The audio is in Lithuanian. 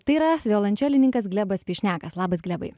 tai yra violončelininkas glebas pišnekas labai glebai